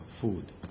food